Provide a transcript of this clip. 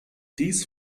dies